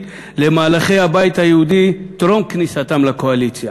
למהלכי הבית היהודי טרום כניסתם לקואליציה.